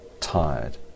tired